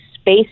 space